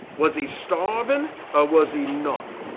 was he starvin or was he not?